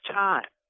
time